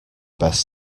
best